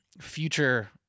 future